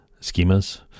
schemas